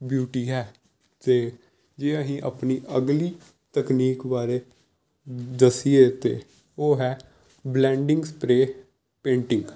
beauty ਹੈ ਅਤੇ ਜੇ ਅਸੀਂ ਆਪਣੀ ਅਗਲੀ ਤਕਨੀਕ ਬਾਰੇ ਦੱਸੀਏ ਤਾਂ ਉਹ ਹੈ ਵਲੈਂਡਿੰਗ ਸਪਰੇ ਪੇਂਟਿੰਗ